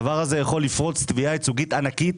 הדבר הזה יכול לפרוץ תביעה ייצוגית ענקית